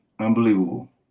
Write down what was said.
Unbelievable